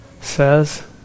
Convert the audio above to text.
says